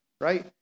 right